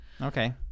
okay